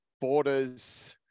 borders